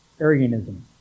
Arianism